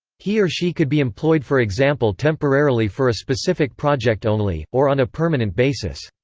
he or she could be employed for example temporarily for a specific project only, or on a permanent basis.